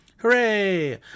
Hooray